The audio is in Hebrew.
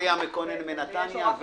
מקונן מנתניה,